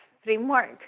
framework